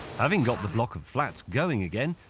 having got the block of flats going again,